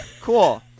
Cool